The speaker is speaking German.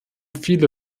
viele